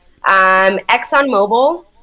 ExxonMobil